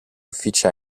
uffici